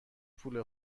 پول